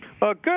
Good